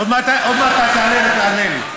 עוד מעט אתה תעלה ותענה לי.